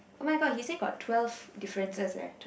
oh-my-god he say got twelve differences right